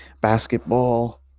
basketball